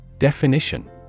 Definition